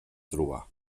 trobar